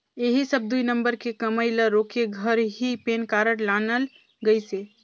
ऐही सब दुई नंबर के कमई ल रोके घर ही पेन कारड लानल गइसे